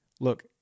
Look